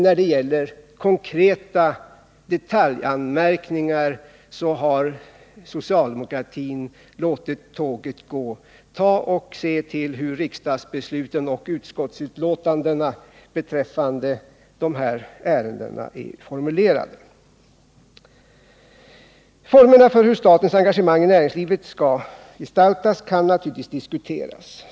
När det gäller konkreta detaljanmärkningar har socialdemokratin låtit tåget gå. Se efter hur riksdagsbesluten och utskottsbetänkandena i de här ärendena är formulerade! Formerna för hur statens engagemang i näringslivet skall gestaltas kan naturligtvis diskuteras.